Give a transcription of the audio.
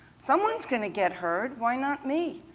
someone's going to get heard. why not me?